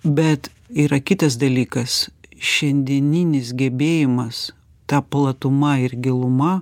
bet yra kitas dalykas šiandieninis gebėjimas tą platumą ir giluma